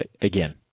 Again